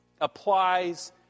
applies